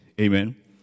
Amen